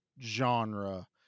genre